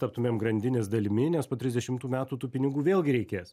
taptumėm grandinės dalimi nes po trisdešimtų metų tų pinigų vėlgi reikės